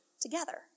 together